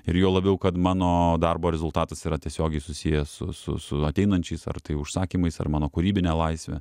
ir juo labiau kad mano darbo rezultatas yra tiesiogiai susijęs su su su ateinančiais ar tai užsakymais ar mano kūrybine laisve